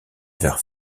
vers